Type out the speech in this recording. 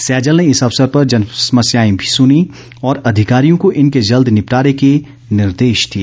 सैजल ने इस अवसर पर जनसमस्याए भी सुनी और अधिकारियों को इनके जल्द निपटारे के निर्देश दिए